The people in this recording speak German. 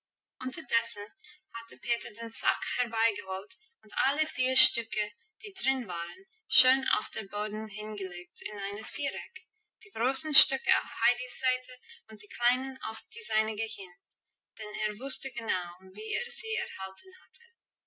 unterdessen hatte peter den sack herbeigeholt und alle vier stücke die drin waren schön auf den boden hingelegt in ein viereck die großen stücke auf heidis seite und die kleinen auf die seinige hin denn er wusste genau wie er sie erhalten hatte